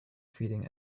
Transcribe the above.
feeding